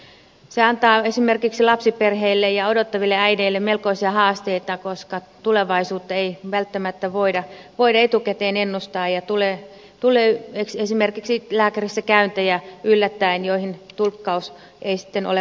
se antaa esimerkiksi lapsiperheille ja odottaville äideille melkoisia haasteita koska tulevaisuutta ei välttämättä voida etukäteen ennustaa ja tulee esimerkiksi lääkärissäkäyntejä yllättäen joihin tulkkaus ei sitten olekaan mahdollista